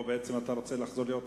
או בעצם אתה רוצה לחזור להיות שר,